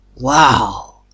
Wow